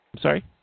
sorry